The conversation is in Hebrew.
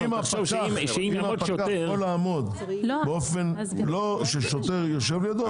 אם יעמוד שוטר --- אם הפקח יכול לעמוד באופן ששוטר יושב לידו,